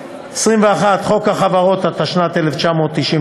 21. חוק החברות, התשנ"ט 1999,